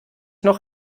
noch